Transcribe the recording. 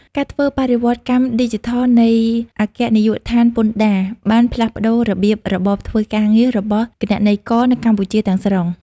ការធ្វើបរិវត្តកម្មឌីជីថលនៃអគ្គនាយកដ្ឋានពន្ធដារ បានផ្លាស់ប្តូររបៀបរបបធ្វើការងាររបស់គណនេយ្យករនៅកម្ពុជាទាំងស្រុង។